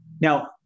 Now